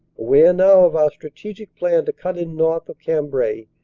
aware now of our strategic plan to cut in north of cambrai,